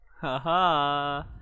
haha